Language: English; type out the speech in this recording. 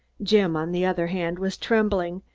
jim, on the other hand, was trembling,